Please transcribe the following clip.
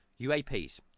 UAPs